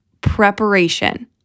preparation